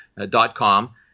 Dot-com